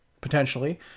potentially